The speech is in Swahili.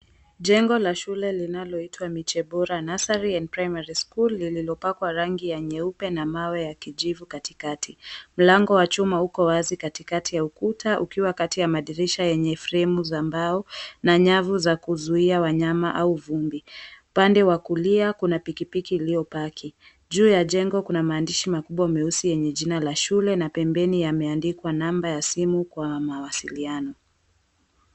Jengo la shule linaloitwa, Miche Bora Nursery and Primary School, lililopakwa rangi ya nyeupe na mawe ya kijivu katikati. Mlango wa chuma uko wazi katikati ya ukuta, ukiwa kati ya madirisha yenye fremu za mbao na nyavu za kuzuia wanyama au vumbi. Upande wa kulia kuna pikipiki iliyopaki. Juu ya jengo kuna maandishi makubwa meusi yenye jina la shule na pembeni yameandikwa namba ya simu kwa mawasiliano.